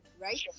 right